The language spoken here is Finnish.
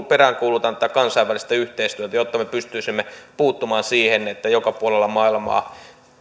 peräänkuulutan tätä kansainvälistä yhteistyötä jotta me pystyisimme puuttumaan siihen että joka puolella maailmaa